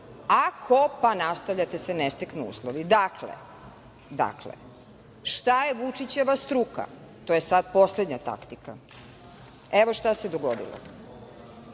ako, pa nastavljate – se ne steknu uslovi. Dakle, šta je Vučićeva struka? To je sad poslednja taktika. Evo šta se dogodilo.